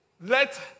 let